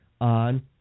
on